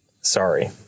sorry